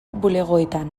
bulegoetan